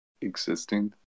existing